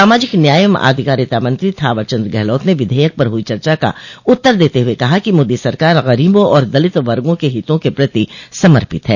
सामाजिक न्याय एवं आधिकारिता मंत्रो थॉवर चन्द्र गहलोत ने विधेयक पर हुई चर्चा का उत्तर देते हुए कहा कि मोदी सरकार गरीबों और दलित वर्गो के हितों के प्रति समर्पित है